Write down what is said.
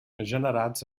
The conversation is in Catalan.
generats